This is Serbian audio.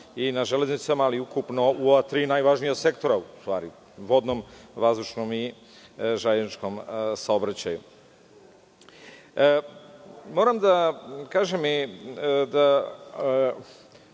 na železnicama, ali i u ukupno ova tri najvažnija sektora vodnom, vazdušnom i železničkom saobraćaju. Moram da kažem ovaj